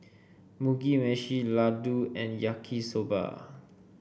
Mugi Meshi Ladoo and Yaki Soba